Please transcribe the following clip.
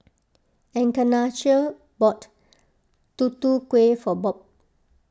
Encarnacion bought Tutu Kueh for Bob